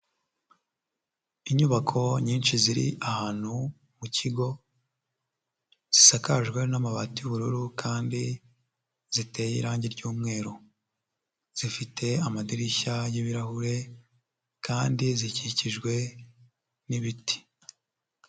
Inyubako nyinshi ziri ahantu mu kigo zisakajwe n'amabati y'ubururu kandi ziteye irangi ry'umweru, zifite amadirishya y'ibirahure kandi zikikijwe n'ibiti.